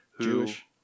Jewish